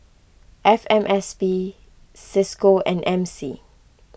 F M S P Cisco and M C